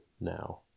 now